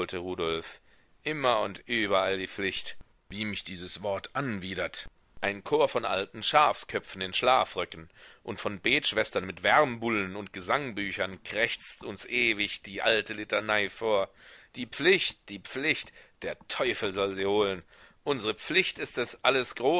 rudolf immer und überall die pflicht wie mich dieses wort anwidert ein chor von alten schafsköpfen in schlafröcken und von betschwestern mit wärmbullen und gesangbüchern krächzt uns ewig die alte litanei vor die pflicht die pflicht der teufel soll sie holen unsre pflicht ist es alles